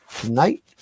tonight